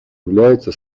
является